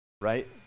right